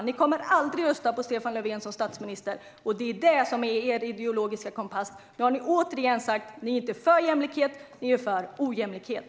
Ni kommer aldrig att rösta på Stefan Löfven som statsminister, och det är er ideologiska kompass. Nu har ni åter sagt att ni inte är för jämlikhet utan för ojämlikhet.